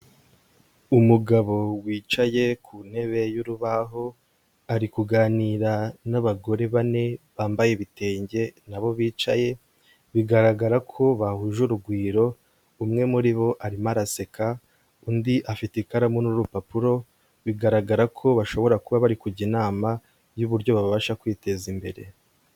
Umugabo wicaye ku ntebe y'urubaho, ari kuganira n'abagore bane bambaye ibitenge na bo bicaye, bigaragara ko bahuje urugwiro, umwe muri bo arimo araseka, undi afite ikaramu n'urupapuro, bigaragara ko bashobora kuba bari kujya inama y'uburyo babasha kwiteza imbere.